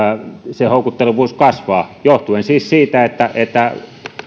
kasvaa johtuen siis siitä että että